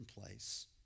place